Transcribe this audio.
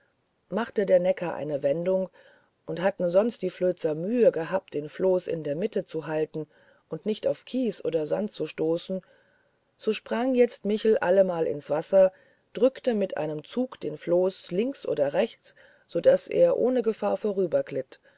machte der neckar eine wendung und hatten sonst die flözer mühe gehabt den floß in der mitte zu halten und nicht auf kies oder sand zu stoßen so sprang jetzt michel allemal ins wasser rückte mit einem zug den floß links oder rechts so daß er ohne gefahr